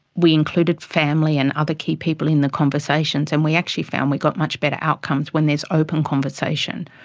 we included family and other key people in the conversations and we actually found we got much better outcomes when there's open conversation.